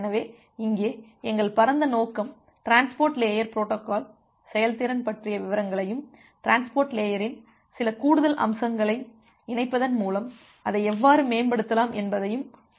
எனவே இங்கே எங்கள் பரந்த நோக்கம் டிரான்ஸ்போர்ட் லேயர் பொரோட்டோகால் செயல்திறன் பற்றிய விவரங்களையும் டிரான்ஸ்போர்ட் லேயரின் சில கூடுதல் அம்சங்களை இணைப்பதன் மூலம் அதை எவ்வாறு மேம்படுத்தலாம் என்பதையும் ஆராயும்